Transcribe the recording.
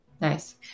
Nice